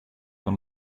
van